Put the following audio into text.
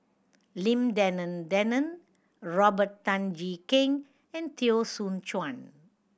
Lim Denan Denon Robert Tan Jee Keng and Teo Soon Chuan